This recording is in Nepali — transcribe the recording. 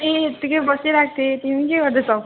ए यतिकै बसिरहेको थिएँ तिमी के गर्दैछौ